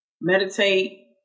Meditate